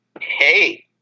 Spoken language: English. hey